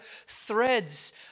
threads